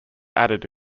added